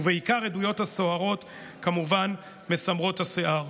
בעיקר עדויות הסוהרות מסמרות השיער.